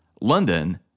London